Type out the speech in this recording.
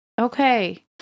okay